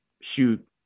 shoot